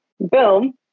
Boom